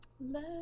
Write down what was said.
Love